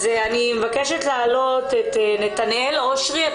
אז אני מבקשת להעלות את נתנאל אושרי.